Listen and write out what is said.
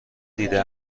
دیده